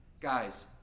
Guys